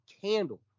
candle